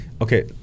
okay